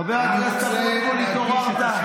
חבר הכנסת אבוטבול, התעוררת?